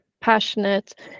passionate